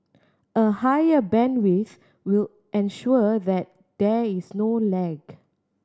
a higher bandwidth will ensure that there is no lag